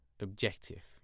objective